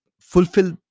fulfill